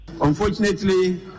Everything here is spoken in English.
Unfortunately